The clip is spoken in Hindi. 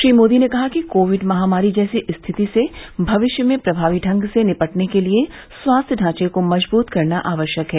श्री मोदी ने कहा कि कोविड महामारी जैसी रिथिति से भविष्य में प्रभावी ढंग से निपटने के लिए स्वास्थ्य ढांचे को मजबूत करना आवश्यक है